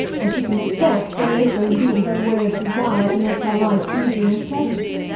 and she can expect very little indeed in the way of desire to make her life easy and pleasant.